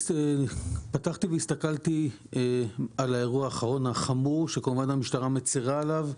פתחתי והסתכלתי על האירוע האחרון החמור שכמובן המשטרה מצרה עליו.